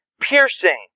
piercing